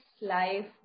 life